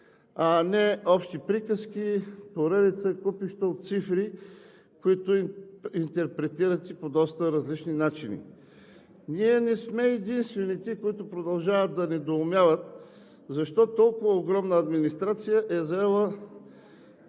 а не общи приказки, поредица и купища от цифри, които интерпретирате по доста различни начини. Ние не сме единствените, които продължават да недоумяват защо толкова огромна администрация се е заела